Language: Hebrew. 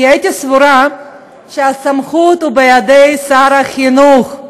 כי הייתי סבורה שהסמכות היא בידי שר החינוך.